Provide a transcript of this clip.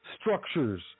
structures